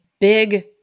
big